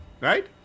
right